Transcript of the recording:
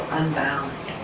unbound